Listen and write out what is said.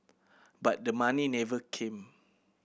but the money never came